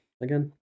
Again